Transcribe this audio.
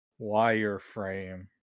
Wireframe